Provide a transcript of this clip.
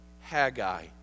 Haggai